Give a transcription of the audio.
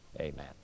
amen